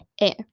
air